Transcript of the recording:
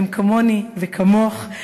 שהם כמוני וכמוך,